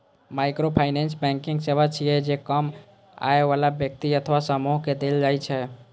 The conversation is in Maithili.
माइक्रोफाइनेंस बैंकिंग सेवा छियै, जे कम आय बला व्यक्ति अथवा समूह कें देल जाइ छै